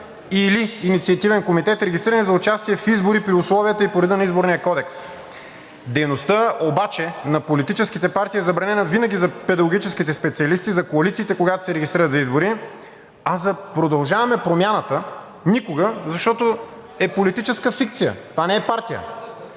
или инициативен комитет, регистрирани за участие в избори при условията и по реда на Изборния кодекс. Дейността обаче на политическите партии е забранена винаги за педагогическите специалисти, за коалициите, когато се регистрират за избори, а за „Продължаваме Промяната“ никога, защото е политическа фикция. Това не е партия.